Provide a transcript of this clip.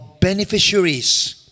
beneficiaries